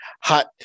hot